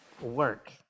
work